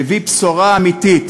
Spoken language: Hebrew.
מביא בשורה אמיתית